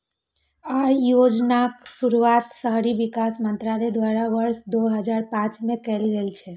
अय योजनाक शुरुआत शहरी विकास मंत्रालय द्वारा वर्ष दू हजार पांच मे कैल गेल रहै